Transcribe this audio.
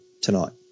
tonight